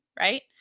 right